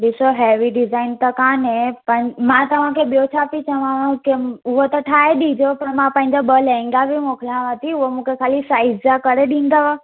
ॾिसो heavy design त कान्हे पर मां तव्हां खे ॿियो छा पई चवांव की हूअ त ठाहे ॾिजो पर मां पंहिंजा ॿ लहंगा बि मोकिलियांव थी हूअ मूंखे साइज जा करे ॾींदव